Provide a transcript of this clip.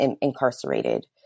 incarcerated